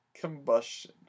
combustion